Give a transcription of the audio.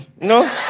no